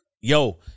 yo